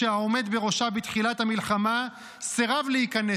שהעומד בראשה בתחילת המלחמה סירב להיכנס